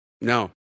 No